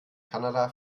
kanada